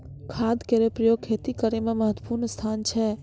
खाद केरो प्रयोग खेती करै म महत्त्वपूर्ण स्थान छै